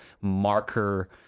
marker